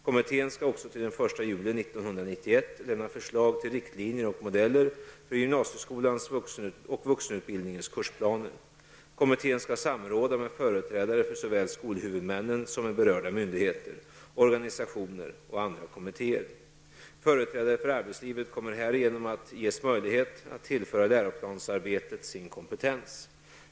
Kommttén skall också till den 1 juli 1991 lämna förslag till riktlinjer och modeller för gymnasieskolans och vuxenutbildningens kursplaner. Kommittén skall samråda med företrädare för såväl skolhuvudmännen som med berörda myndigheter, organisationer och andra kommittéer. Företrädare för arbetslivet kommer härigenom att ges möjlighet att tillföra läroplansarbetet sin kompetens.